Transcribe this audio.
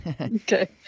Okay